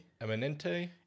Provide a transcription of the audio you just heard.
eminente